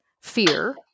fear